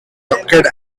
rocket